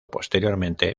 posteriormente